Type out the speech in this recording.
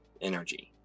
energy